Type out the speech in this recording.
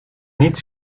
niet